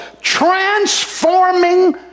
transforming